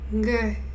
Good